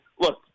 Look